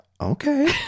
okay